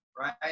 right